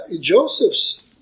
Joseph's